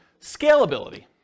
Scalability